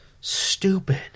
stupid